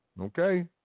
Okay